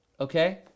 okay